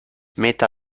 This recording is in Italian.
meta